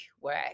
work